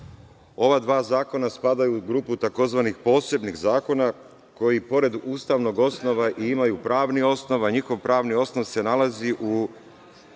ova dva zakona spadaju u grupu tzv. posebnih zakona koji pored ustavnog osnova i imaju pravni osnov, a njihov pravni osnov se nalazi u